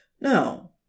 No